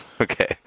Okay